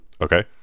Okay